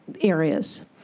areas